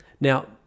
Now